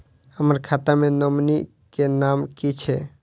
हम्मर खाता मे नॉमनी केँ नाम की छैय